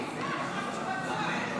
אדוני,